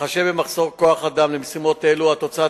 בהתחשב במחסור בכוח-אדם למשימות אלה התוצאה